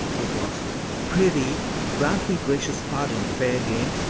it was prithee grant me gracious pardon, fair dame.